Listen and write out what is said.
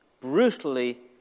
brutally